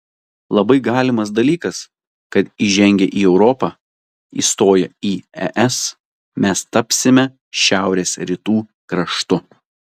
labai galimas dalykas kad įžengę į europą įstoję į es mes tapsime šiaurės rytų kraštu